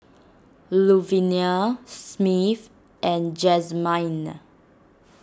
Luvenia Smith and Jazmyne